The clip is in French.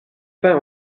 pain